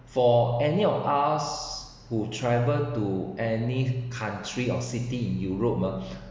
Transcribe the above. for any of us who travel to any country or city in europe ah